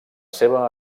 seva